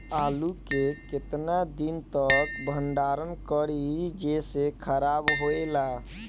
आलू के केतना दिन तक भंडारण करी जेसे खराब होएला?